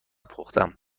پختم